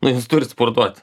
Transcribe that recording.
nu jūs turit spurtuoti